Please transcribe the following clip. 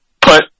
put